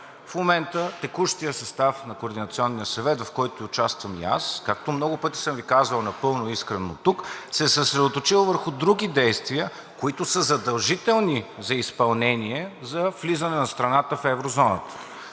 в момента текущия състав на Координационния съвет, в който участвам и аз, както много пъти съм Ви казвал напълно искрено тук, се е съсредоточил върху други действия, които са задължителни за изпълнение за влизане на страната в еврозоната.